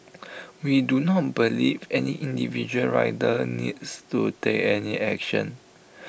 we do not believe any individual rider needs to take any action